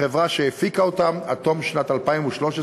החברה שהפיקה אותן עד תום שנת 2013,